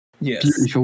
Yes